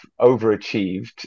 overachieved